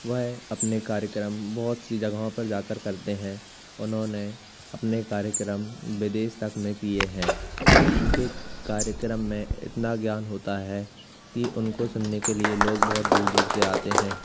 वह अपने कार्यक्रम बहुत सी जगहों पर जा कर करते हैं उन्होंने अपने कार्यक्रम विदेश तक में किए हैं उनके कार्यक्रम में इतना ज्ञान होता है कि उनको सुनने के लिए लोग बहुत दूर दूर से आते हैं